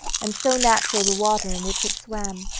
and so natural the water in which it swam.